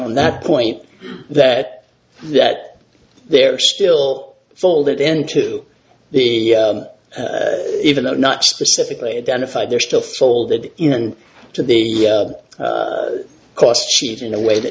on that point that that there are still folded into the even though not specifically identified they're still folded in to the cost sheet in a way that